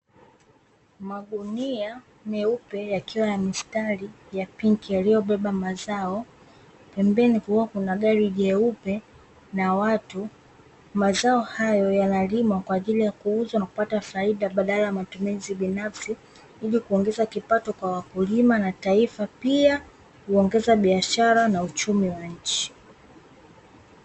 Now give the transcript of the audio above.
Magunia meupe yakiwa ya mistari ya pinki yaliyobeba mazao, pembeni kukiwa kuna gari jeupe na watu. Mazao hayo yanalimwa kwa ajili ya kuuzwa na kupata faida badala ya matumizi binafsi, ili kuongeza kipato kwa wakulima na taifa, pia huongeza biashara na uchumi wa nchi.